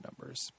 numbers